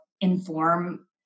inform